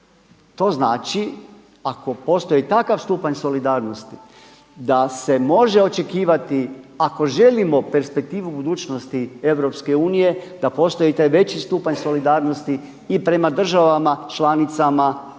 To znači ako postoji takav stupanj solidarnosti da se može očekivati ako želimo perspektivu u budućnosti EU da postoji i taj veći stupanj solidarnosti i prema državama članicama EU